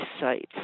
sites